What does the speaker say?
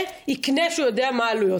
ושהפנייה שלהם לבג"ץ לא קיבלה מענה,